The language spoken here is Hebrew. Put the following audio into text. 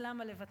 אז למה לוותר?